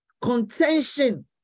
contention